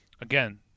again